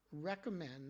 recommend